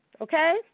Okay